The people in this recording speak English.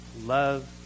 love